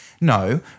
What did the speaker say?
No